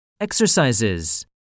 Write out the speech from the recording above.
Exercises